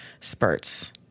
spurts